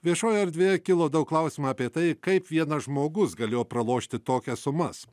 viešojoje erdvėje kilo daug klausimų apie tai kaip vienas žmogus galėjo pralošti tokias sumas